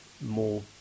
More